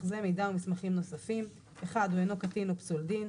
זה מידע ומסמכים נוספים: (1)הוא אינו קטין או פסול דין,